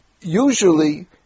Usually